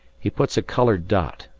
he puts a coloured dot,